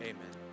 Amen